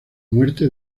muerte